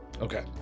Okay